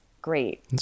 great